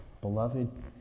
Beloved